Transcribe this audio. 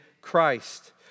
Christ